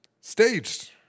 staged